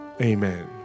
Amen